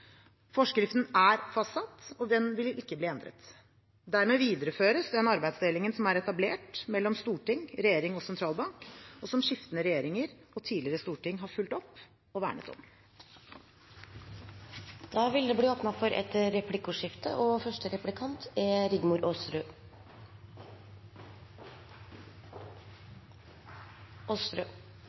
Forskriften er fastsatt, og den vil ikke bli endret. Dermed videreføres den arbeidsdelingen som er etablert mellom storting, regjering og sentralbank, og som skiftende regjeringer og tidligere storting har fulgt opp og vernet om.